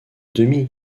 demi